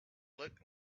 looked